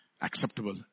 acceptable